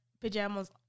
pajamas